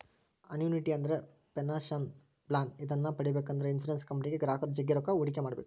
annuity ಅಂದ್ರೆ pension plan ಇದನ್ನ ಪಡೆಬೇಕೆಂದ್ರ ಇನ್ಶುರೆನ್ಸ್ ಕಂಪನಿಗೆ ಗ್ರಾಹಕರು ಜಗ್ಗಿ ರೊಕ್ಕ ಹೂಡಿಕೆ ಮಾಡ್ಬೇಕು